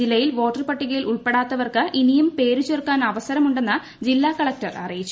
ജില്ലയിൽ വോട്ടർ പട്ടികയിൽ ഉൾപ്പെടാത്തവർക്ക് ഇനിയും പേര് ചേർക്കാൻ അവസരമുണ്ടെന്ന് ജില്ലാ കളക്ടർ അറിയിച്ചു